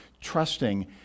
trusting